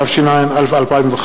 התשע"א 2011,